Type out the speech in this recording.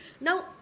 Now